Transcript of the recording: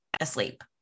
asleep